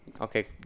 Okay